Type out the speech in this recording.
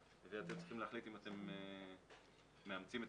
ואתם צריכים להחליט האם אתם מאמצים את